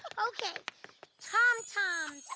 okay tom tom,